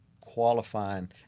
qualifying